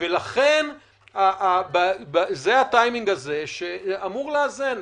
זה הטיימינג שאמור לאזן,